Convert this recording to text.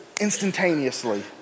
instantaneously